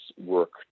work